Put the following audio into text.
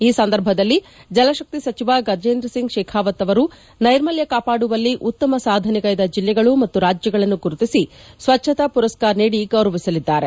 ಈ ಸಂದರ್ಭದಲ್ಲಿ ಜಲಶಕ್ತಿ ಸಚಿವ ಗಜೇಂದ್ರಸಿಂಗ್ ಶೇಖಾವತ್ ಅವರು ನ್ಟೆರ್ಮಲ್ಯ ಕಾಪಾಡುವಲ್ಲಿ ಉತ್ತಮ ಸಾಧನೆಗೈದ ಜಿಲ್ಲೆಗಳು ಮತ್ತು ರಾಜ್ಯಗಳನ್ನು ಗುರುತಿಸಿ ಸ್ವಚ್ಚತಾ ಪುರಸ್ಕಾರ್ ನೀಡಿ ಗೌರವಿಸಲಿದ್ದಾರೆ